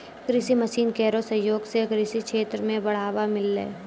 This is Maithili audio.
कृषि मसीन केरो सहयोग सें कृषि क्षेत्र मे बढ़ावा मिललै